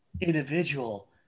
individual